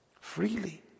Freely